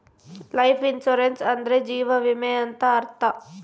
life insurance ಅಂದ್ರೆ ಜೀವ ವಿಮೆ ಅಂತ ಅರ್ಥ